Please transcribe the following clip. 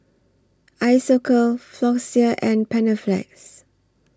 Isocal Floxia and Panaflex